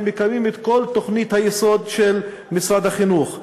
הם מקיימים את כל תוכנית היסוד של משרד החינוך.